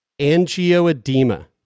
angioedema